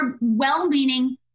well-meaning